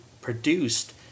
produced